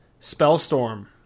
spellstorm